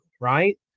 right